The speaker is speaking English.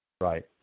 Right